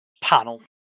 panel